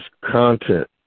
content